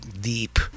deep